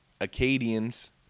Acadians